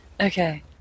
Okay